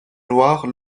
noirs